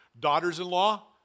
daughters-in-law